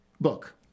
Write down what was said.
Book